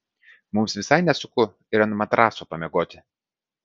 mums visai nesunku ir ant matraso pamiegoti